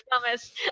promise